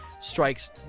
strikes